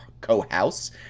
co-house